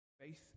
Faith